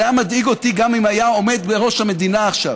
זה היה מדאיג אותי גם אם היה עומד בראש המדינה עכשיו